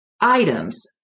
items